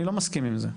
אני לא מסכים עם זה.